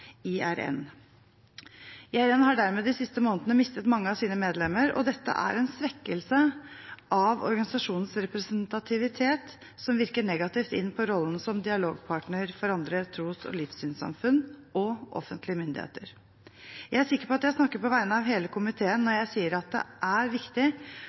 har dermed de siste månedene mistet mange av sine medlemmer, og dette er en svekkelse av organisasjonens representativitet som virker negativt inn på rollen som dialogpartner for andre tros- og livssynssamfunn og offentlige myndigheter. Jeg er sikker på at jeg snakker på vegne av hele komiteen når jeg sier at det er viktig